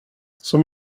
som